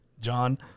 John